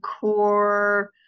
core